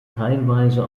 teilweise